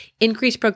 increase